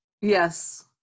yes